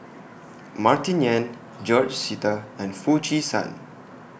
Martin Yan George Sita and Foo Chee San